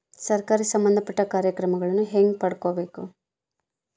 ಸರಕಾರಿ ಸಂಬಂಧಪಟ್ಟ ಕಾರ್ಯಕ್ರಮಗಳನ್ನು ಹೆಂಗ ಪಡ್ಕೊಬೇಕು?